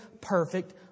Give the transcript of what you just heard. perfect